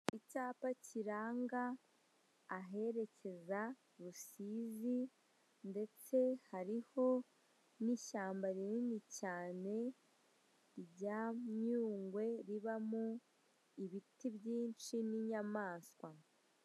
Icyapa kiranga aherekeza Rusizi ndetse hariho n'ishyamba rinini cyane rya Nyungwe, ribamo ibiti byinshi n'inyamaswa.